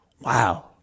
Wow